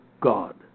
God